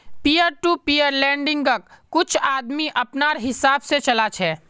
peer to peer लेंडिंग्क कुछ आदमी अपनार हिसाब से चला छे